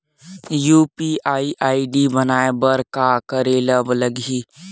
UPI ID बनाये बर का करे ल लगही?